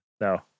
No